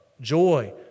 joy